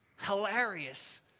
hilarious